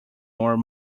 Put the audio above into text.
more